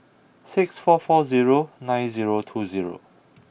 six four four zero nine zero two zero